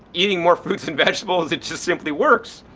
eating more fruits and vegetables it just simply works!